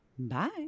Bye